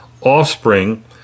offspring